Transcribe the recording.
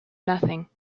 nothing